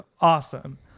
awesome